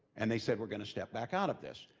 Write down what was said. and they said we're gonna step back out of this.